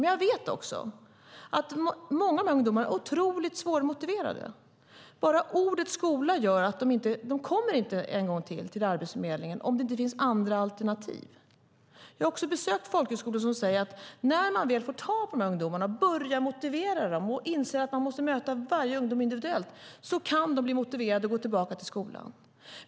Men jag vet också att många av dessa ungdomar är otroligt svårmotiverade. Bara ordet skola gör att de inte kommer till Arbetsförmedlingen en gång till om det inte finns andra alternativ. Jag har besökt folkhögskolor som säger att när man väl får tag på ungdomarna, börjar motivera dem och inser att man måste möta varje ungdom individuellt kan de bli motiverade att gå tillbaka till skolan.